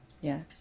Yes